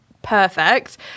perfect